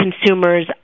consumers